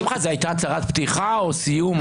שמחה, זו הייתה הצהרת פתיחה או סיום?